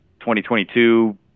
2022